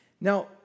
Now